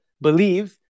believe